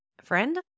Friend